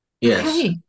Yes